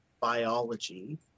biology